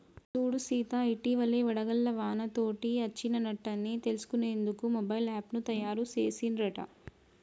సూడు సీత ఇటివలే వడగళ్ల వానతోటి అచ్చిన నట్టన్ని తెలుసుకునేందుకు మొబైల్ యాప్ను తాయారు సెసిన్ రట